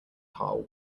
tile